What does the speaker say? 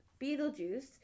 Beetlejuice